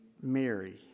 Mary